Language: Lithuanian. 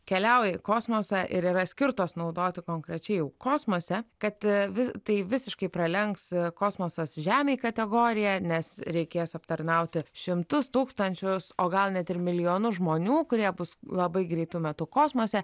keliauja į kosmosą ir yra skirtos naudoti konkrečiai jau kosmose kad vis tai visiškai pralenks kosmosas žemei kategoriją nes reikės aptarnauti šimtus tūkstančius o gal net ir milijonus žmonių kurie bus labai greitu metu kosmose